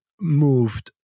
moved